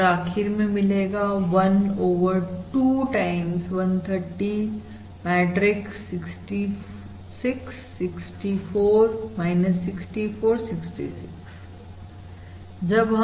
और आखिर में मिलेगा 1 ओवर 2 टाइम्स 130 मैट्रिक्स 66 64 64 66